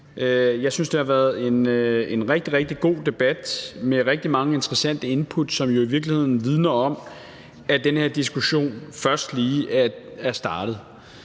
Jeg synes, det har været en rigtig, rigtig god debat med rigtig mange interessante input, som jo i virkeligheden vidner om, at den her diskussion først lige er startet.